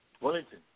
Wellington